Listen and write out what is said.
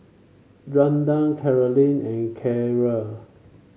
Randall Carolynn and Keira